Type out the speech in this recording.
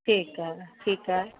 ठीकु आहे ठीकु आहे